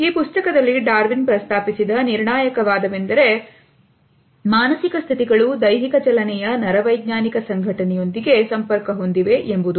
ಈ ಪುಸ್ತಕದಲ್ಲಿ ಡಾರ್ವಿನ್ ಪ್ರಸ್ತಾಪಿಸಿದ ನಿರ್ಣಾಯಕವಾದ ವೆಂದರೆ ಮಾನಸಿಕ ಸ್ಥಿತಿಗಳು ದೈಹಿಕ ಚಲನೆಯ ನರವೈಜ್ಞಾನಿಕ ಸಂಘಟನೆಯೊಂದಿಗೆ ಸಂಪರ್ಕ ಹೊಂದಿವೆ ಎಂಬುದು